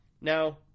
Now